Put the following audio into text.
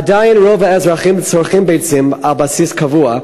עדיין רוב האזרחים צורכים ביצים על בסיס קבוע,